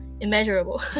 Immeasurable